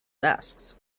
desks